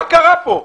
מה קרה כאן?